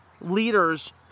leaders